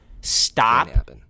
Stop